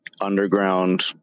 underground